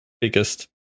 biggest